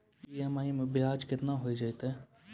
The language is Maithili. ई.एम.आई मैं ब्याज केतना हो जयतै?